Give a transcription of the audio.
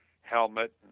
helmet